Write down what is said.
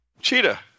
Cheetah